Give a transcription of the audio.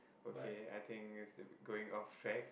okay I think it's going off track